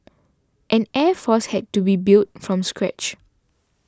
an air force had to be built from scratch